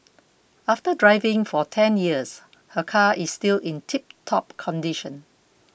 after driving for ten years her car is still in tiptop condition